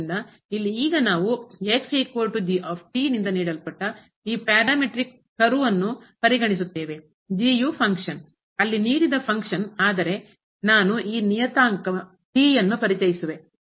ಆದ್ದರಿಂದ ಇಲ್ಲಿ ಈಗ ನಾವು ನಿಂದ ನೀಡಲ್ಪಟ್ಟ ಈ ಪ್ಯಾರಾಮೀಟ್ರಿಕ್ ಕರ್ವ್ ಅನ್ನು ಪರಿಗಣಿಸುತ್ತೇವೆ ಯು ಫಂಕ್ಷನ್ ಅಲ್ಲಿ ನೀಡಿದ ಫಂಕ್ಷನ್ ಆದರೆ ನಾನು ಈ ನಿಯತಾಂಕ ಯನ್ನು ಪರಿಚಯಿಸಿವೆ